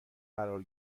قرار